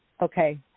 okay